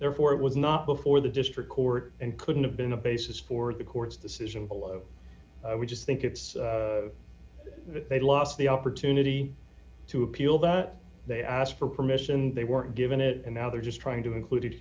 therefore it was not before the district court and couldn't have been a basis for the court's decision alone we just think it's they lost the opportunity to appeal that they asked for permission they weren't given it and now they're just trying to include